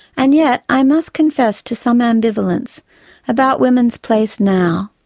and yet i must confess to some ambivalence about women's place now,